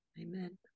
Amen